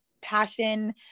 passion